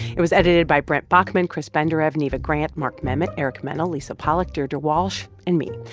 it was edited by brent bachman, chris benderev, neva grant, mark memmott, eric mennel, lisa pollock, deirdre walsh and me.